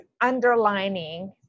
underlining